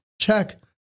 Check